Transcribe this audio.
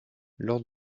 lors